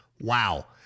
Wow